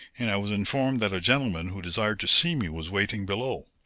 and i was informed that a gentleman who desired to see me was waiting below.